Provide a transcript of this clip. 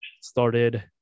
started